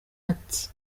ati